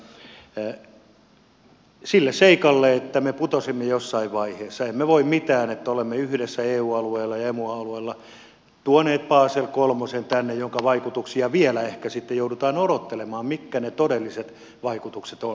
mutta sille seikalle että me putosimme jossain vaiheessa emme voi mitään että olemme yhdessä eu alueella ja emu alueella tuoneet tänne basel kolmosen jonka vaikutuksia vielä ehkä joudutaan odottelemaan mitkä ne todelliset vaikutukset ovat